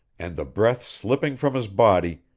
and the breath slipping from his body,